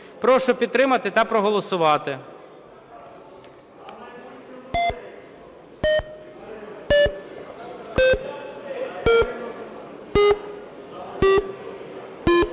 Прошу підтримати та проголосувати.